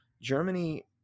Germany